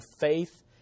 faith